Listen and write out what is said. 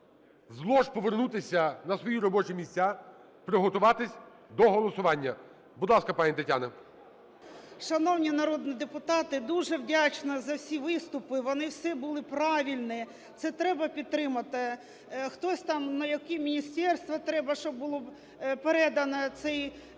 лож повернутися на свої робочі місця, приготуватись до голосування. Будь ласка, пані Тетяна. 11:42:45 БАХТЕЄВА Т.Д. Шановні народні депутати! Дуже вдячна за всі виступи, вони всі були правильні, це треба підтримати. Хтось там, на які міністерства треба, щоб було передано цей